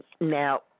Now